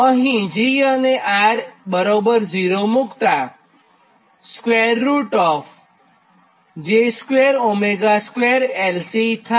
અહીં g અને r એ 0 મુક્તાં j22LC થાય